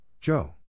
Joe